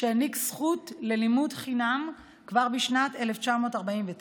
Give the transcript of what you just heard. שהעניק זכות ללימוד חינם כבר בשנת 1949,